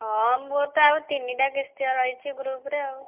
ହଁ ମୋର ତ ଆଉ ତିନିଟା କିସ୍ତି ରହିଛି ଗ୍ରୁପ୍ରେ ଆଉ